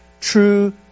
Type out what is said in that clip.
true